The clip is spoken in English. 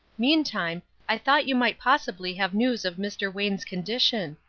meantime, i thought you might possibly have news of mr. wayne's condition.